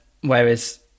whereas